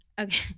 Okay